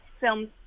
films